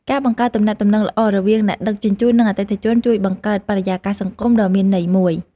ការបង្កើតទំនាក់ទំនងល្អរវាងអ្នកដឹកជញ្ជូននិងអតិថិជន ជួយបង្កើតបរិយាកាសសង្គមដ៏មានន័យមួយ។